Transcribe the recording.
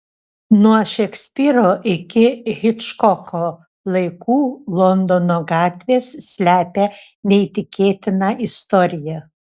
nuo šekspyro iki hičkoko laikų londono gatvės slepia neįtikėtiną istoriją